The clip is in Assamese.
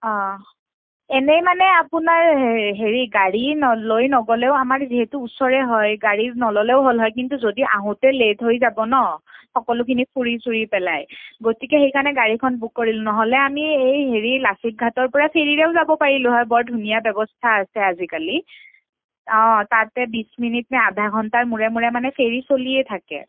অঁ এনেই মানে আপোনাৰ হেৰি গাড়ী ন লৈ নগ'লেও আমাৰ যিহেতু ওচৰে হয় গাড়ী নল'লেও হ'ল হয় কিন্তু যদি আহোঁতে লেট হৈ যাব ন সকলোখিনি ফুৰি চুৰি পেলাই গতিকে সেইকাৰণে গাড়ীখন বুক কৰিলোঁ নহ'লে আমি এই হেৰি লাচিত ঘাটৰপৰা ফেৰীৰেও যাব পাৰিলোঁ হয় বৰ ধুনীয়া ব্যৱস্থা আছে আজিকালি অঁ তাতে বিছ মিনিট নে আধা ঘণ্টাৰ মূৰে মূৰে মানে ফেৰী চলিয়ে থাকে